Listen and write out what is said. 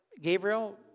Gabriel